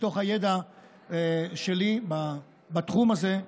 מתוך הידע שלי בתחום הזה,